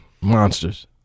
monsters